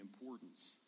importance